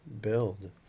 build